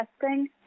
testing